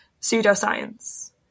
pseudoscience